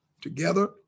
Together